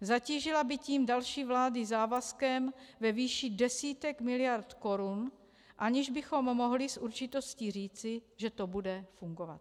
Zatížila by tím další vlády závazkem ve výši desítek miliard korun, aniž bychom mohli s určitostí říci, že to bude fungovat.